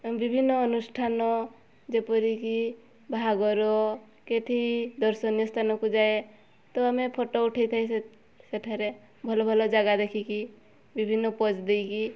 ଆମେ ବିଭିନ୍ନ ଅନୁଷ୍ଠାନ ଯେପରିକି ବାହାଘର କେଉଁଠି ଦର୍ଶନୀୟ ସ୍ଥାନକୁ ଯାଏ ତ ଆମେ ଫଟୋ ଉଠାଇଥାଏ ସେଠାରେ ଭଲ ଭଲ ଜାଗା ଦେଖିକି ବିଭିନ୍ନ ପୋଜ୍ ଦେଇକି